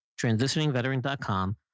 transitioningveteran.com